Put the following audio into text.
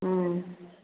ம்